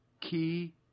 key